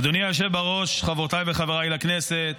אדוני היושב בראש, חברותיי וחבריי לכנסת,